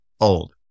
old